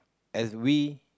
as we